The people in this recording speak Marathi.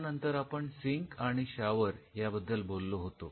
यानंतर आपण सिंक आणि आणि शॉवर याबद्दल बोललो होतो